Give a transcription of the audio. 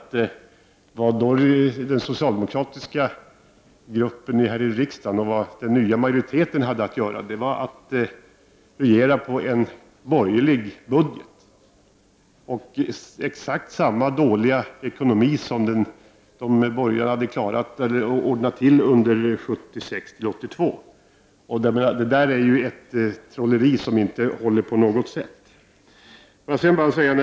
Men vad den socialdemokratiska regeringen fick göra var att regera på en borgerlig budget och under samma dåliga ekonomiska förhållanden som de borgerliga regeringarna hade ställt till med åren 1976—1982. Vi kunde helt enkelt inte trolla fram en högre sysselsättning på så kort tid.